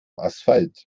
asphalt